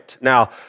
Now